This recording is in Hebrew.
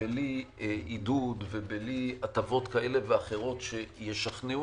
בלי עידוד ובלי הטבות כאלה ואחרות שישכנעו